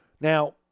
Now